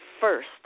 first